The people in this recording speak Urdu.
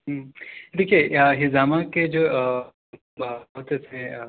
ہوں دیکھیے حجامہ کے جو پروسیز ہیں